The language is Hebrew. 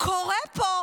קורה פה?